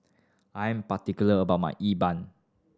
I am particular about my E ban